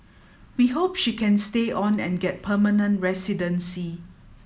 we hope she can stay on and get permanent residency